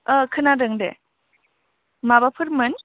ओ खोनादों दे माबाफोरमोन